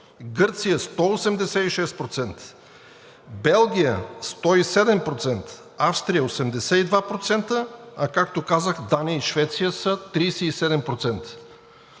Гърция е 186%, в Белгия е 107%, в Австрия е 82%, а както казах, в Дания и Швеция са 37%.